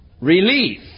relief